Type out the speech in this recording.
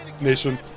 Nation